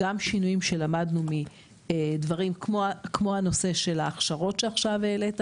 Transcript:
גם שינויים שלמדנו מדברים כמו הנושא של ההכשרות שעכשיו העלית,